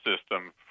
system